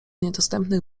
niedostępnych